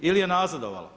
Ili je nazadovala?